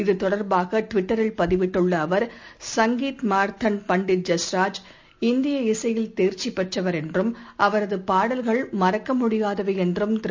இது தொடர்பாகட்விட்டரில் பதிவிட்டுள்ளஅவர் சங்கீத் மார்தண்ட் பண்டிட் ஜஸ்ராஜ் இந்திய இசையில் தேர்ச்சிபெற்றவர் என்றும் அவரதுபாடல்கள் மறக்கமுடியாதவைஎன்றும் திரு